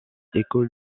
école